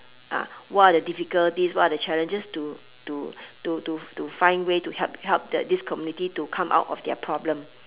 ah what are the difficulties what are the challenges to to to to to find way to help help the this community to come out of their problem